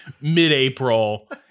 mid-April